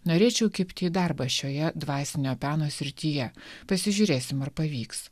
norėčiau kibti į darbą šioje dvasinio peno srityje pasižiūrėsim ar pavyks